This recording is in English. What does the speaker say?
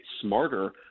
smarter